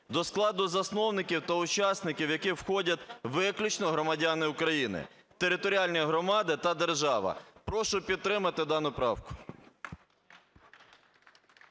до складу засновників та учасників яких входять виключно громадяни України, територіальні громади та держава. Прошу підтримати дану правку.